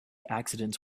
accidents